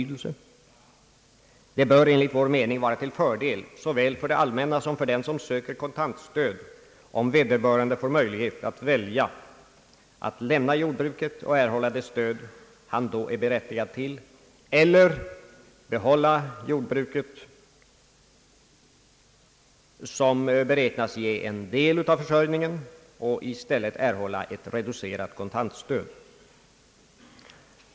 Det bör enligt vår mening vara till fördel såväl för det allmänna som för den som söker kontant stöd om vederbörande får möjlighet att välja mellan att lämna jordbruket och erhålla det stöd han då är berättigad till eller behålla jordbruket, som beräknas ge en del av försörjningen, och i stället erhålla ett reducerat kontant stöd.